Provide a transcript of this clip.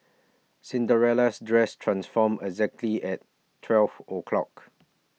Cinderella's dress transformed exactly at twelve o'clock